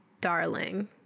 darling